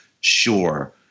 Sure